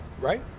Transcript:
right